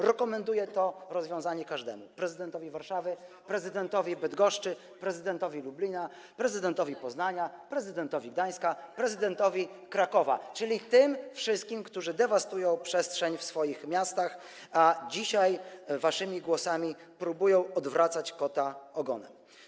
Rekomenduję to rozwiązanie każdemu: prezydentowi Warszawy, prezydentowi Bydgoszczy, prezydentowi Lublina, prezydentowi Poznania, prezydentowi Gdańska, prezydentowi Krakowa, czyli tym wszystkim, którzy dewastują przestrzeń w swoich miastach, a dzisiaj waszymi głosami próbują odwracać kota ogonem.